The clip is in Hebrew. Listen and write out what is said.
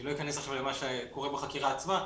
אני לא אכנס עכשיו למה שקורה בחקירה עצמה,